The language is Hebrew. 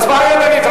הצבעה ידנית,